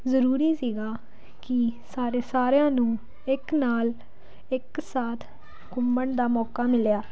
ਜ਼ਰੂਰੀ ਸੀਗਾ ਕਿ ਸਾਰੇ ਸਾਰਿਆਂ ਨੂੰ ਇੱਕ ਨਾਲ ਇੱਕ ਸਾਥ ਘੁੰਮਣ ਦਾ ਮੌਕਾ ਮਿਲਿਆ